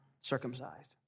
circumcised